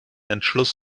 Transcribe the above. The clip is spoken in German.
entschluss